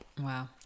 Wow